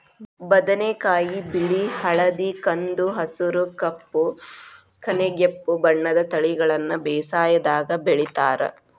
ಬದನೆಕಾಯಿ ಬಿಳಿ ಹಳದಿ ಕಂದು ಹಸುರು ಕಪ್ಪು ಕನೆಗೆಂಪು ಬಣ್ಣದ ತಳಿಗಳನ್ನ ಬೇಸಾಯದಾಗ ಬೆಳಿತಾರ